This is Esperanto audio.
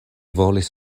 volis